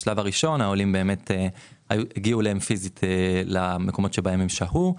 בשלב הראשון הגיעו אל העולים פיזית למקומות בהם הם שהו,